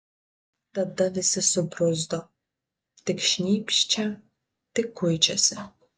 tada visi subruzdo tik šnypščia tik kuičiasi